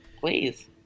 Please